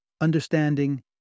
understanding